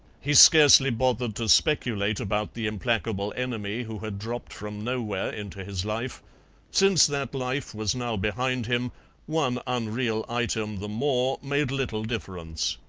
he scarcely bothered to speculate about the implacable enemy who had dropped from nowhere into his life since that life was now behind him one unreal item the more made little difference.